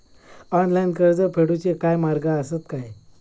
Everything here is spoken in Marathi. ऑनलाईन कर्ज फेडूचे काय मार्ग आसत काय?